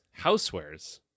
housewares